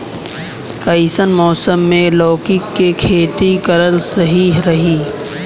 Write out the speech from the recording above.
कइसन मौसम मे लौकी के खेती करल सही रही?